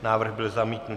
Návrh byl zamítnut.